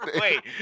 Wait